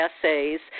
essays